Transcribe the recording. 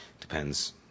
Depends